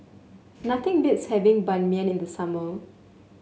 nothing beats having Ban Mian in the summer